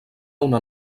una